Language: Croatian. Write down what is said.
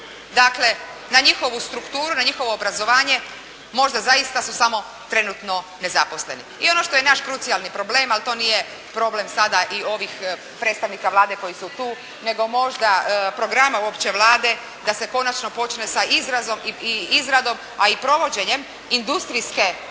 dakle na njihovu strukturu, na njihovo obrazovanje, možda zaista su samo trenutno nezaposleni. I ono što je naš krucijalni problem, ali to nije problem sada i ovih predstavnika Vlade koji su tu, nego možda programa uopće Vlade da se konačno počne sa izradom, a i provođenjem industrijske politike